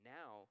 now